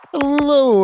Hello